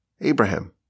Abraham